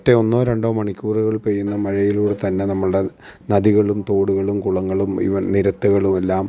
ഒറ്റേ ഒന്നോ രണ്ടോ മണിക്കൂറുകൾ പെയ്യുന്ന മഴയിലൂടെ തന്നെ നമ്മളുടെ നദികളും തോടുകളും കുളങ്ങളും ഇവ നിരത്തുകളുമെല്ലാം